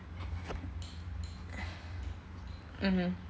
mmhmm